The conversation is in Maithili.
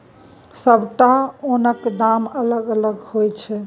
सबटा ओनक दाम अलग अलग होइ छै